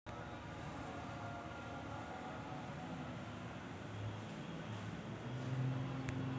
कमी व्याज कव्हरेज रेशोसह बँक जास्त व्याजाने कंपनीला कर्ज देते